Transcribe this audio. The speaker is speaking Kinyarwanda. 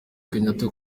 kenyatta